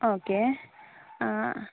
okay ആ